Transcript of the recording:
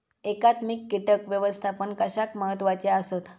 एकात्मिक कीटक व्यवस्थापन कशाक महत्वाचे आसत?